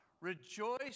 rejoice